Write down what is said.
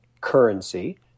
currency